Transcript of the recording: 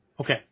Okay